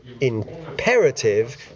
imperative